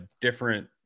different